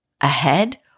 ahead